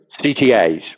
CTAs